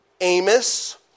Amos